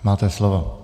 Máte slovo.